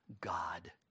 God